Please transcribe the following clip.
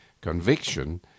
Conviction